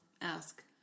ask